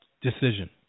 decision